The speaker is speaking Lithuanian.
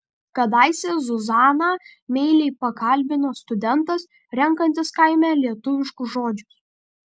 kadaise zuzaną meiliai pakalbino studentas renkantis kaime lietuviškus žodžius